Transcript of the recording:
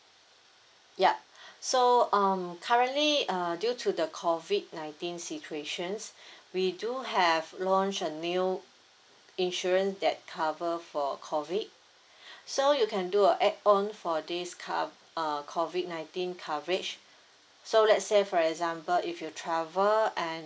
yup so um currently uh due to the COVID nineteen situation we do have launched a new insurance that cover for COVID so you can do a add on for this uh COVID nineteen coverage so let's say for example if you travel and